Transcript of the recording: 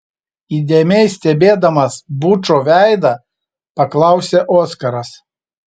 įdėmiai stebėdamas bučo veidą paklausė oskaras